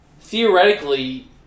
theoretically